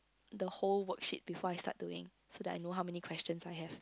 the whole worksheet before I start doing so that I know how many questions I have